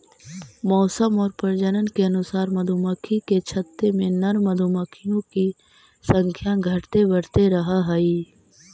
मौसम और प्रजनन के अनुसार मधुमक्खी के छत्ते में नर मधुमक्खियों की संख्या घटते बढ़ते रहअ हई